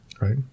Right